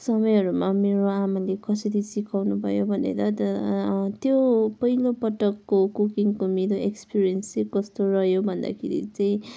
समयहरूमा मेरो आमाले कसरी सिकाउनु भयो भनेर त्यो पहिलो पटकको कुकिङको मेरो एक्स्पिरियनस् चाहिँ कस्तो रह्यो भन्दाखेरि चाहिँ